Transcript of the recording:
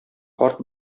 карт